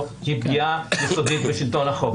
תוציא אותנו גם?